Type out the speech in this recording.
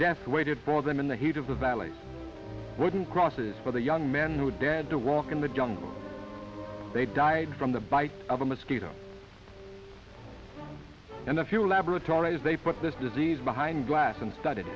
death waited for them in the heat of the valley wooden crosses for the young men who dared to walk in the jungle they died from the bite of a mosquito and a few laboratories they put this disease behind glass and started